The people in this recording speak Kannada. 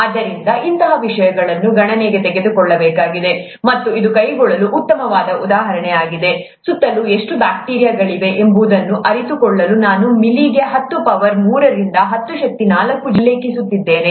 ಆದ್ದರಿಂದ ಅಂತಹ ವಿಷಯಗಳನ್ನು ಗಣನೆಗೆ ತೆಗೆದುಕೊಳ್ಳಬೇಕಾಗಿದೆ ಮತ್ತು ಇದು ಕೈಗೊಳ್ಳಲು ಉತ್ತಮವಾದ ಉದಾಹರಣೆ ಆಗಿದೆ ಸುತ್ತಲೂ ಎಷ್ಟು ಬ್ಯಾಕ್ಟೀರಿಯಾಗಳಿವೆ ಎಂಬುದನ್ನು ಅರಿತುಕೊಳ್ಳಲು ನಾನು ಮಿಲಿಗೆ ಹತ್ತು ಪವರ್ ಮೂರರಿಂದ ಹತ್ತು ಶಕ್ತಿ ನಾಲ್ಕು ಜೀವಿಗಳನ್ನು ಉಲ್ಲೇಖಿಸಿದ್ದೇನೆ